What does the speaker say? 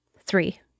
Three